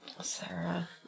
Sarah